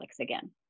again